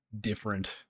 different